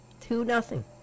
Two-nothing